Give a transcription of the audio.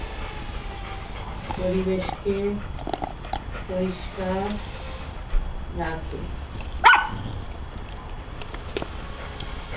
পরিবেশকে পরিষ্কার রাখে